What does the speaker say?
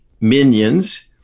minions